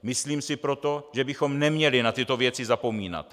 Myslím si proto, že bychom neměli na tyto věci zapomínat.